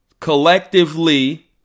collectively